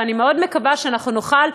ואני מאוד מקווה שאנחנו נוכל,